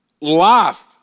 life